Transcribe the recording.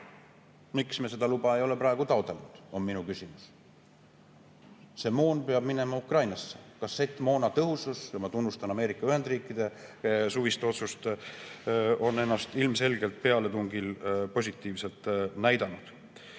Miks me seda luba ei ole praegu taotlenud, on minu küsimus. See moon peab minema Ukrainasse. Kassettmoona tõhusus, ma tunnustan Ameerika Ühendriikide suvist otsust, on ennast ilmselgelt pealetungil positiivselt näidanud.